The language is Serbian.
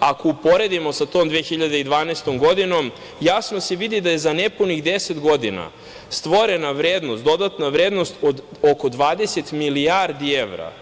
Ako uporedimo sa tom 2012. godinom, jasno se vidi da je za nepunih deset godina stvorena vrednost, dodatna vrednost od oko 20 milijardi evra,